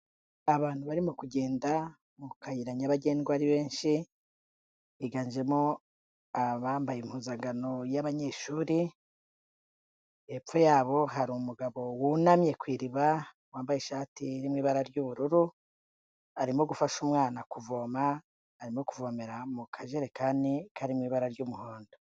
Abantu barimo kugenda mu kayira nyabagendwa ari benshi higanjemo abambaye impuzangano y'abanyeshuri, hepfo yabo hari umugabo wunamye ku iriba wambaye ishati irimo ibara ry'ubururu, arimo gufasha umwana kuvoma arimo kuvomera mu kajerekani karimo ibara ry'umuhondo.